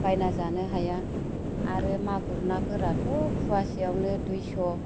बायना जानो हाया आरो मागुर नाफोराथ' फुवासेयावनो दुइस'